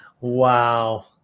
Wow